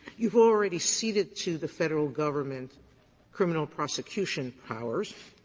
you've already ceded to the federal government criminal prosecution powers.